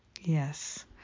Yes